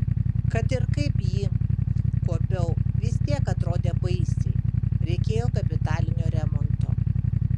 kad ir kaip jį kuopiau vis tiek atrodė baisiai reikėjo kapitalinio remonto